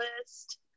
list